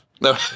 no